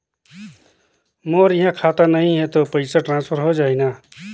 मोर इहां खाता नहीं है तो पइसा ट्रांसफर हो जाही न?